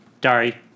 Dari